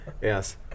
Yes